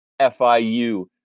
FIU